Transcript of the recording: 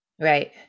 Right